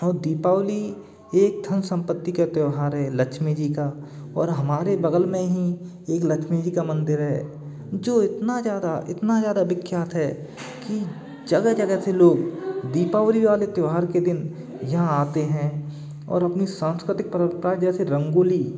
और दीपावली एक धन संपत्ति का त्यौहार है लक्ष्मी जी का और हमारे बगल में ही एक लक्ष्मी जी का मंदिर है जो इतना ज्यादा इतना ज्यादा विख्यात है कि जगह जगह से लोग दीपावली वाले त्योहार के दिन यहाँ आते हैं और अपनी सांस्कृतिक परंपरा जैसे रंगोली